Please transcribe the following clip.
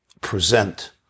Present